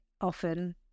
often